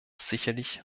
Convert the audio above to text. sicherlich